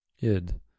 Id